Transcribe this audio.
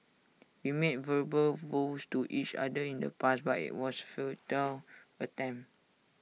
we made verbal vows to each other in the past but IT was A futile attempt